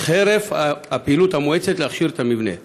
חרף הפעילות המואצת להכשיר את המבנה.